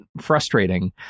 frustrating